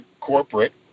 corporate